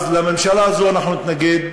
אז לממשלה הזאת אנחנו נתנגד,